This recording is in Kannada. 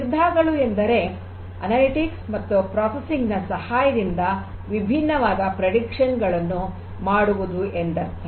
ನಿರ್ಧಾರಗಳು ಅಂದರೆ ಅನಲಿಟಿಕ್ಸ್ ಮತ್ತು ಪ್ರೊಸೆಸಿಂಗ್ ನ ಸಹಾಯದಿಂದ ವಿಭಿನ್ನವಾದ ಭವಿಷ್ಯವಾಣಿಗಳನ್ನು ಹೇಳುವುದು ಎಂದರ್ಥ